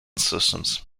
systems